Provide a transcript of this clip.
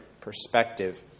perspective